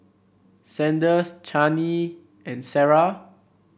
Sanders Chaney and Sarrah